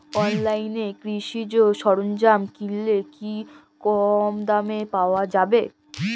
অনলাইনে কৃষিজ সরজ্ঞাম কিনলে কি কমদামে পাওয়া যাবে?